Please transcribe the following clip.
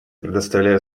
предоставляю